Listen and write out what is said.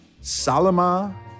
Salama